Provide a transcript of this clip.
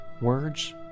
Words